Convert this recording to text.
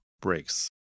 breaks